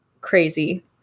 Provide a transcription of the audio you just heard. crazy